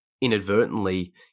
inadvertently